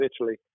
Italy